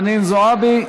יחיא, חנין זועבי.